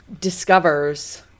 discovers